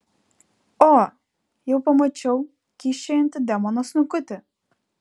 o jau pamačiau kyščiojantį demono snukutį